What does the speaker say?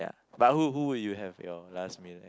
but who who who you have your last meal